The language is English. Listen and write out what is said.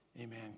Amen